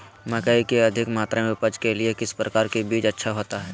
मकई की अधिक मात्रा में उपज के लिए किस प्रकार की बीज अच्छा होता है?